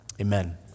Amen